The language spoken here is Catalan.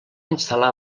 instal·lar